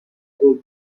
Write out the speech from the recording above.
اعضای